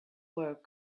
work